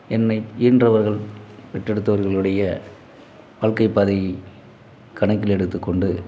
என்னை ஈன்றவர்கள் பெற்றெடுத்தவர்களுடைய வாழ்க்கை பாதையை கணக்கில் எடுத்துக்கொண்டு